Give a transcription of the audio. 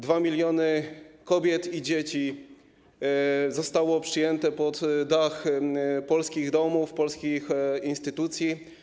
2 mln kobiet i dzieci zostało przyjętych pod dachy polskich domów, polskich instytucji.